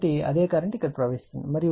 కాబట్టి అదే కరెంట్ ఇక్కడ ప్రవహిస్తోంది